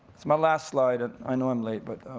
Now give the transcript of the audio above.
it's my last slide, and i know i'm late. but